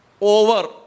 over